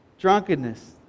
drunkenness